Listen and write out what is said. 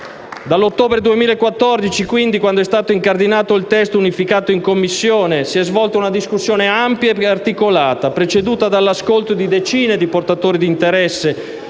Dall'ottobre 2014, quando è stato incardinato il testo unificato in Commissione, si è svolta una discussione ampia e articolata, preceduta dall'ascolto di decine di portatori di interesse,